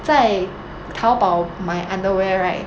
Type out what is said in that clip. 在淘宝买 underwear right